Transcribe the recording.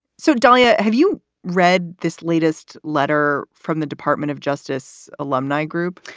so, dullea, have you read this latest letter from the department of justice alumni group?